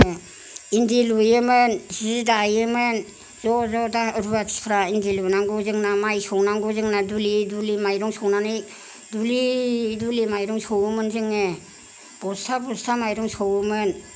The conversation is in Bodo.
इन्दि लुयोमोन जि दायोमोन ज' ज' दा रुवाथिफ्रा इन्दि लुनांगौ जोंना माइ सौनांगौ जोंना दुलि दुलि माइरं सौनानै दुलि दुलि माइरं सौओमोन जोङो बस्था बस्था माइरं सौवोमोन